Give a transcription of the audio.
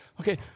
Okay